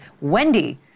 Wendy